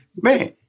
man